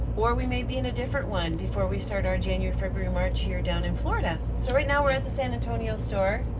or we may be in a different one before we start our january, february, march here down in florida. so right now we're at the san antonio store.